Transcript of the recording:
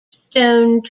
stone